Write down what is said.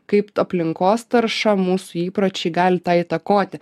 kaip ta aplinkos tarša mūsų įpročiai gali tai įtakoti